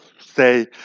Say